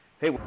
Hey